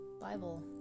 Bible